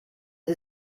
sie